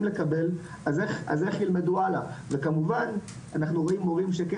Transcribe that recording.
לקבל אז איך ילמדו הלאה וכמובן אנחנו רואים מורים שכן